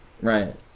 Right